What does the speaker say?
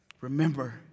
Remember